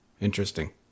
Interesting